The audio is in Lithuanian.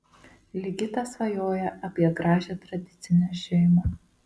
ligitas svajoja apie gražią tradicinę šeimą